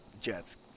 Jets